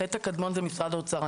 החטא הקדמון זה משרד האוצר,